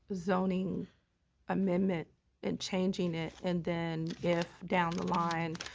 zoning amendment and changing it and then if down the line,